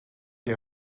die